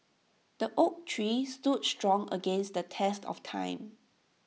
the oak tree stood strong against the test of time